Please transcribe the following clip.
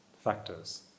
factors